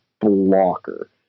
blocker